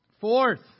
Fourth